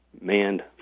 manned